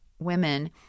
women